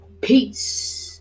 peace